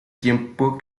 tiempo